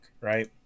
right